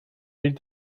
read